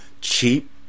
cheap